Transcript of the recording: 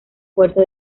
fuerza